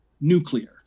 nuclear